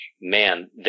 man